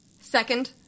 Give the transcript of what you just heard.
Second